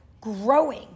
growing